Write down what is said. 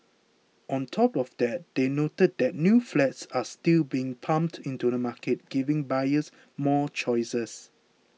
on top of that they noted that new flats are still being pumped into the market giving buyers more choices